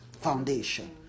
foundation